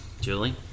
Julie